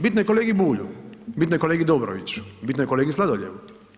Bitno je kolegi Bulju, bitno je kolegi Dobroviću, bitno je kolegi Sladoljevu.